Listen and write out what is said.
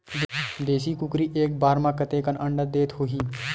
देशी कुकरी एक बार म कतेकन अंडा देत होही?